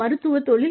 மருத்துவத் தொழில்